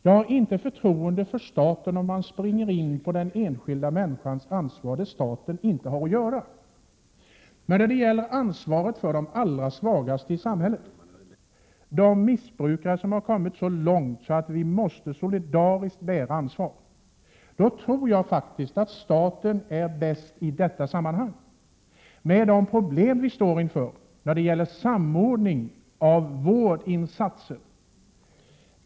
Jag har inte förtroende för staten, om den tränger in på den enskilda människans ansvarsområde, där staten inte har att göra. När det gäller ansvaret för de allra svagaste i samhället, för de missbrukare som har kommit så långt att vi solidariskt måste bära ansvaret för dem, tror jag att staten är bäst skickad att lösa de problem vi står inför när det gäller samordning av vårdinsatser.